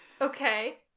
okay